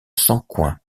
sancoins